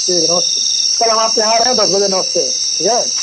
ठीक है नमस्ते कल हम आपके यहाँ आ रहे हैं दस बजे नमस्ते ठीक है